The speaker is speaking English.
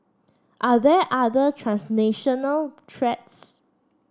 are there other transnational threats